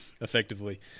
effectively